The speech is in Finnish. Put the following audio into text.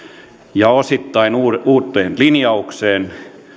ja osittain uuteen uuteen linjaukseen